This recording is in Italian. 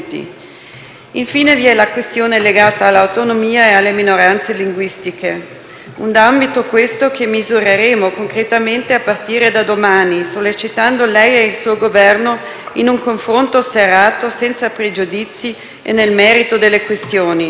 Infine, vi è la questione legata all'autonomia e alla minoranze linguistiche. Un ambito questo che misureremo concretamente a partire da domani, sollecitando lei e il suo Governo in un confronto serrato, senza pregiudizi e nel merito delle questioni.